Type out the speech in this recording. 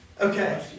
Okay